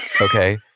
Okay